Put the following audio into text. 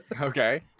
Okay